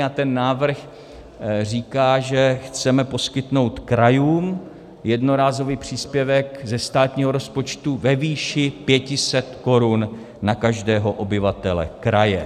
A ten návrh říká, že chceme poskytnout krajům jednorázový příspěvek ze státního rozpočtu ve výši 500 korun na každého obyvatele kraje.